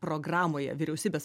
programoje vyriausybės